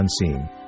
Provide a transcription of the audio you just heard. unseen